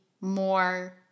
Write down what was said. more